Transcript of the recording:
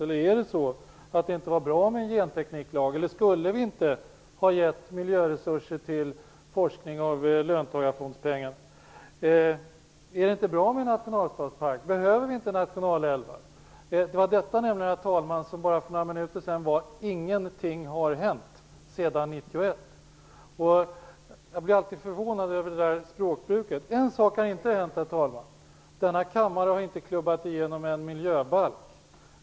Var det inte bra med en gentekniklag? Skulle vi inte ha gett miljöresurser ur löntagarfondspengarna till forskning? Är det inte bra med en nationalstadspark? Behöver vi inte nationalälvar? Herr talman! Det var allt detta som bara för några minuter sedan var lika med att "ingenting har hänt sedan 1991". Jag blir alltid förvånad över det språkbruket. Men en sak har inte hänt, herr talman. Denna kammare har inte klubbat igenom en miljöbalk.